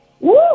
Woo